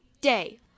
day